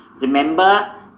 Remember